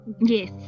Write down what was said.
Yes